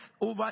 over